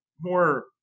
more